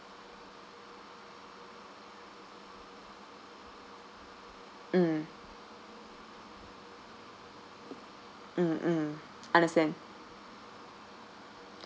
mm mm mm understand